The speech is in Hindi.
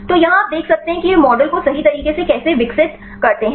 तो यहां आप देख सकते हैं कि वे मॉडल को सही तरीके से कैसे विकसित करते हैं